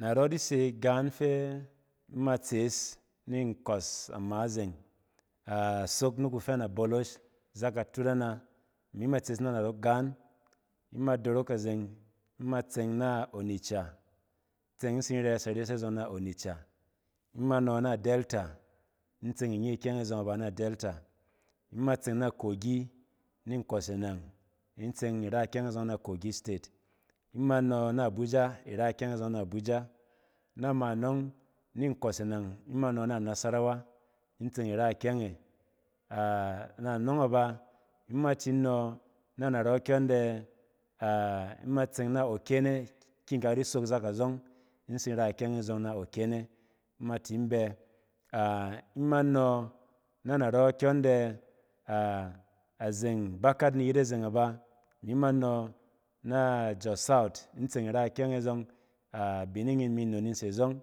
Narↄ di se gaan fɛ ima tsees ni nkↄs ama zeng. A sok ni kufɛn abolosh zak atut ana imi ma tsees na narↄ gaan. Ima dorok azeng ima tseng na onitsha, tseng in tsin rɛs ares azↄng na onitsha. Ima nↄ na delta, in tseng inye kyɛng e zↄng a ba na delta. ima tseng e zↄng na kogi state. Ima nↄ na abuja ira ikyɛng e zↄng, na abuja, na ma nↄng ni ni nkↄs e nang, in tseng ira kyɛng e zↄng na kogi state. Ima nↄ na abuja ira ikyɛng e zↄng na abuja, na ma nↄng ni nkↄs e nang ima nↄ na nasarawa in tseng ira kyɛng e. A-na nↄng aba ima nↄ na narↄ kyↄn dɛ ima tseng na okene iki kak di sok zak azↄng in tsin ra ikyɛng e zↄng na okene. Ima tin bɛ-ɛ-ima nↄ na naↄ kyↄn dɛ a-azeng bakat ni iyit azeng ba. Imi ma nↄ na jos south in tseng ira ikyɛng e zↄng. Abining in mi nnon in se zↄng,